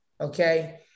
Okay